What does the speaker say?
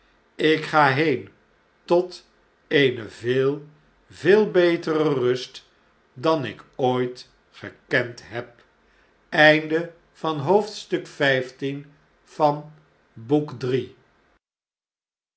ik ga heen tot eene veel veel betere rust dan ik ooit gekend heb